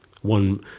one